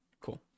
cool